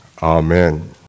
Amen